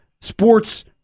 sports